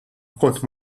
kont